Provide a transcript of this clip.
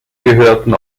gehörten